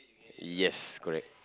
yes correct